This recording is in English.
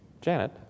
Janet